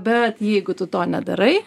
bet jeigu tu to nedarai